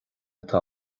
atá